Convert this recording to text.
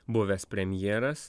buvęs premjeras